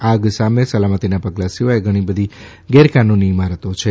આગ સામે સલામતિનાં પગલાં સિવાય ઘણી બધી ગેરકાનૂની ઇમારતો છે